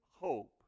hope